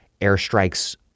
Airstrikes